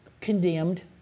condemned